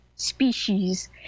species